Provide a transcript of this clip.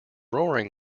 roaring